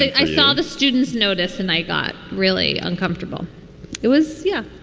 i saw the students notice. and i got really uncomfortable it was. yeah,